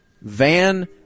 Van